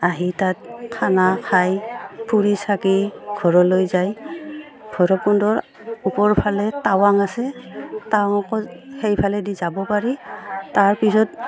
আহি তাত খানা খাই ফুৰি চাকি ঘৰলৈ যায় ভৈৰৱকুণ্ডৰ ওপৰ ফালে টাৱাং আছে টাৱাং সেইফালেদি যাব পাৰি তাৰপিছত